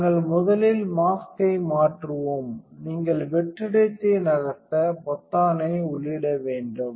நாங்கள் முதலில் மாஸ்க்யை மாற்றுவோம் நீங்கள் வெற்றிடத்தை நகர்த்த பொத்தானை உள்ளிட வேண்டும்